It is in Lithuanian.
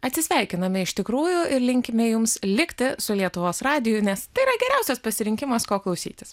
atsisveikiname iš tikrųjų ir linkime jums likti su lietuvos radiju nes tai yra geriausias pasirinkimas ko klausytis